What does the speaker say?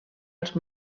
als